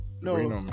No